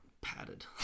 Padded